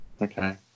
Okay